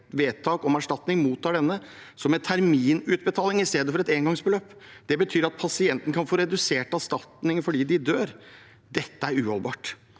vedtak om erstatning, mottar denne som en terminutbetaling i stedet for et engangsbeløp. Det betyr at pasienten kan få redusert erstatningen fordi de dør. Dette er uholdbart.